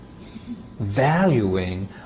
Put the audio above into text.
valuing